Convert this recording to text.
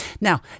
Now